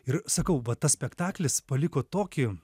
ir sakau va tas spektaklis paliko tokį